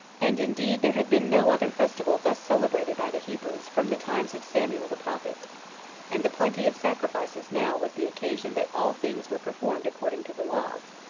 and indeed there had been no other festival thus celebrated by the hebrews from the times of samuel the prophet and the plenty of sacrifices now was the occasion that all things were performed according to the laws,